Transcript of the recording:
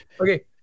Okay